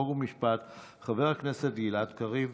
חוק ומשפט חבר הכנסת גלעד קריב,